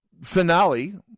Finale